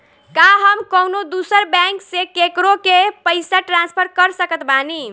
का हम कउनों दूसर बैंक से केकरों के पइसा ट्रांसफर कर सकत बानी?